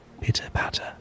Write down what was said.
pitter-patter